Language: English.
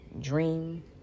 dream